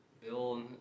Bill